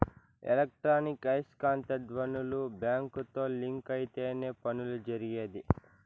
electronic ఐస్కాంత ధ్వనులు బ్యాంకుతో లింక్ అయితేనే పనులు జరిగేది